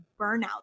burnout